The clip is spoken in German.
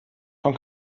von